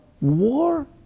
war